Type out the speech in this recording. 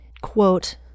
quote